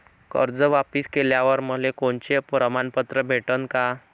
कर्ज वापिस केल्यावर मले कोनचे प्रमाणपत्र भेटन का?